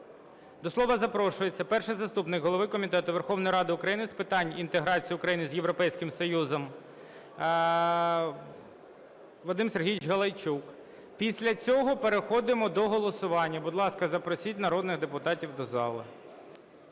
До слова запрошується перший заступник голови Комітету Верховної Ради України з питань інтеграції України з Європейським Союзом Вадим Сергійович Галайчук. Після цього переходимо до голосування. Будь ласка, запросіть народних депутатів до зали.